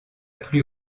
plus